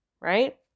right